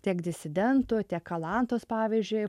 tiek disidentų tiek kalantos pavyzdžiui